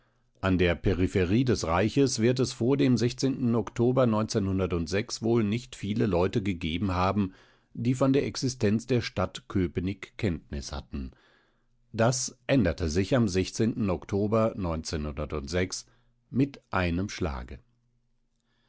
an der peripherie des reiches wird es vor dem oktober wohl nicht viel leute gegeben haben die von der existenz der stadt köpenick kenntnis hatten das änderte sich am oktober mit einem schlage